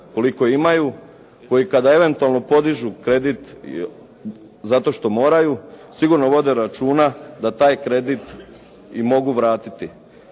koliko imaju, koji kada eventualno podižu kredit zato što moraju, sigurno vode računa da taj kredit i mogu vratiti.